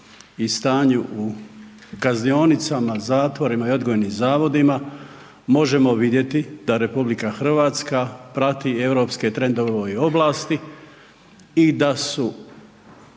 i stanju u kaznionicama, zatvorima i odgojnim zavodima možemo vidjeti da RH prati europske trendove u ovoj oblasti i da su